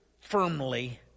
firmly